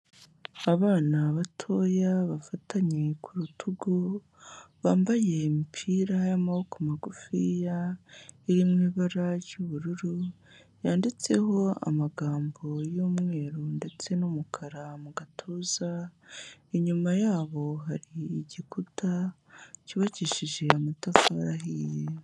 Abana batoya bafatanye ku rutugu, bambaye imipira y'amaboko magufiya, iri mu ibara ry'ubururu, yanditseho amagambo y'umweru ndetse n'umukara mu gatuza, inyuma yabo hari igikuta, cyubakishije amatafari ahiye.